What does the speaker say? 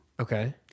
Okay